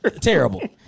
Terrible